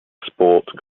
export